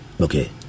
Okay